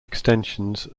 extensions